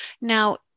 now